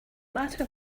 matter